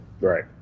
right